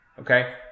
Okay